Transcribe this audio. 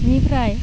बिनिफ्राय